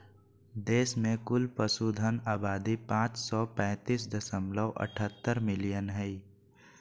देश में कुल पशुधन आबादी पांच सौ पैतीस दशमलव अठहतर मिलियन हइ